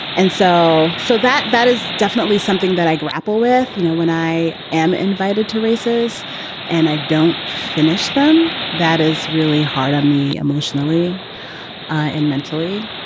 and so so that that is definitely something that i grapple with. you know, when i am invited to races and i don't finish them. that is really hard on me emotionally and mentally.